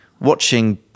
watching